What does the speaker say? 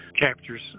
captures